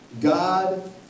God